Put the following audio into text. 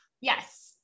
yes